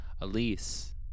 Elise